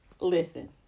Listen